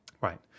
right